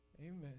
Amen